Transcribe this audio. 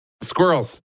squirrels